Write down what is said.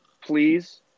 please